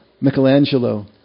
Michelangelo